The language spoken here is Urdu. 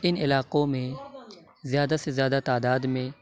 اِن علاقوں میں زیادہ سے زیادہ تعداد میں